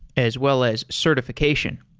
as well as certification.